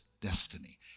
destiny